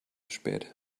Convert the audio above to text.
spät